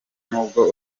nubwo